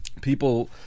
People